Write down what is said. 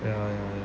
ya ya ya